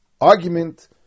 argument